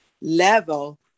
level